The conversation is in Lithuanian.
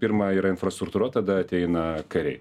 pirma yra infrastruktūra tada ateina kariai